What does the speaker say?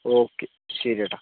okay ശെരി ചേട്ടാ